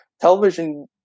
television